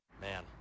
Man